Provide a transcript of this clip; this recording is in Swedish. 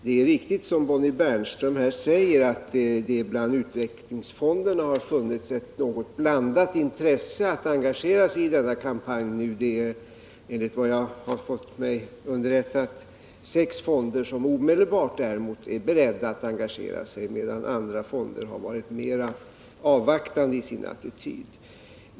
Det är riktigt, som Bonnie Bernström säger, att det inom utvecklingsfonderna har funnits ett något blandat intresse för att engagera sig i denna kampanj. Enligt vad som har meddelats mig är emellertid sex fonder beredda att omedelbart engagera sig, medan andra fonder har varit mera avvaktande i sin attityd.